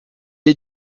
est